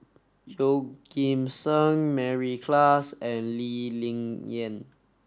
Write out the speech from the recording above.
Yeoh Ghim Seng Mary Klass and Lee Ling Yen